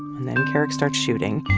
and then kerrick starts shooting.